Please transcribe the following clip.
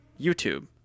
YouTube